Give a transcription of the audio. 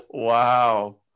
wow